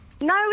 No